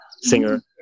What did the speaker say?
singer